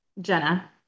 Jenna